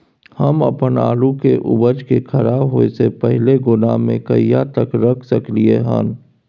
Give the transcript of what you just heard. हम अपन आलू के उपज के खराब होय से पहिले गोदाम में कहिया तक रख सकलियै हन?